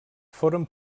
foren